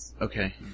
Okay